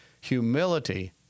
humility